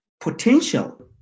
potential